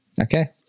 Okay